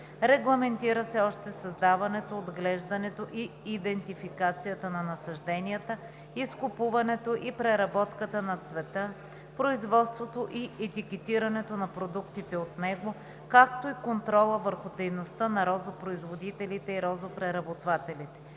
Регламентира се още създаването, отглеждането и идентификацията на насажденията, изкупуването и преработката на цвета, производството и етикетирането на продуктите от него, както и контрола върху дейността на розопроизводителите и розопреработвателите.